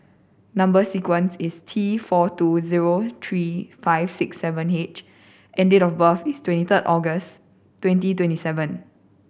number sequence is T four two zero three five six seven H and date of birth is twenty third August twenty twenty seven